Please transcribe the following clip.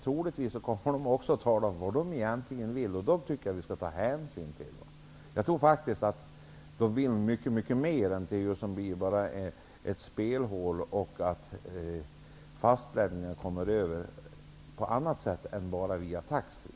Troligtvis kommer de att tala om vad de egentligen vill, och det tycker jag att vi skall ta hänsyn till. Jag tror att de vill mycket mer än att Gotland blir en spelhåla och att de vill att fastlänningar skall komma över på annat sätt än enbart via taxfreeresor.